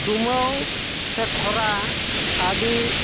ᱰᱩᱢᱟᱹᱣ ᱥᱮ ᱠᱷᱚᱨᱟ ᱟ ᱰᱤ